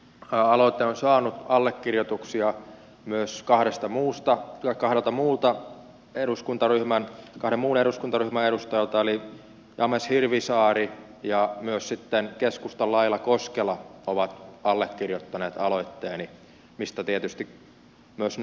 aloite on saanut allekirjoituksia myös kahdesta muusta ja kahdelta muulta eduskuntaryhmän kahden muun eduskuntaryhmän edustajalta eli james hirvisaari ja myös sitten keskustan laila koskela ovat allekirjoittaneet aloitteeni mistä tietysti myös nöyrä kiitos